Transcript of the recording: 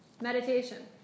meditation